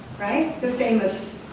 right? the famous